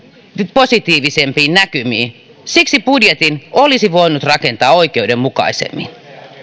positiivisempiin näkymiin siksi budjetin olisi voinut rakentaa oikeudenmukaisemmin